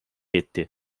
etti